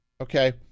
okay